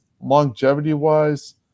Longevity-wise